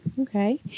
okay